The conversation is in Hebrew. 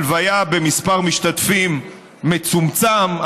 הלוויה במספר משתתפים מצומצם,